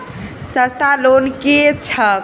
सस्ता लोन केँ छैक